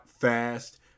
fast